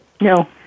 No